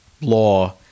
law